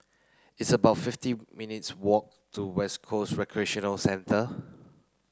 it's about fifty minutes' walk to West Coast Recreation Centre